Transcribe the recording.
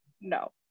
No